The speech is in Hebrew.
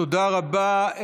תודה רבה.